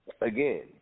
again